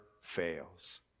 fails